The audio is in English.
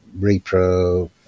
repro